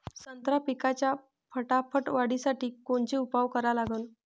संत्रा पिकाच्या फटाफट वाढीसाठी कोनचे उपाव करा लागन?